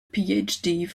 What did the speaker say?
phd